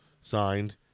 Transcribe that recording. signed